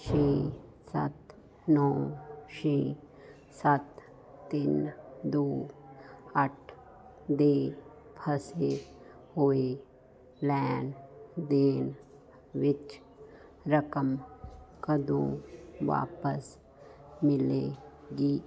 ਛੇ ਸੱਤ ਨੌਂ ਛੇ ਸੱਤ ਤਿੰਨ ਦੋ ਅੱਠ ਦੇ ਫਸੇ ਹੋਏ ਲੈਣ ਦੇਣ ਵਿੱਚ ਰਕਮ ਕਦੋਂ ਵਾਪਸ ਮਿਲੇਗੀ